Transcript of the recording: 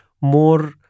more